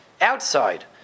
outside